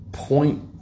Point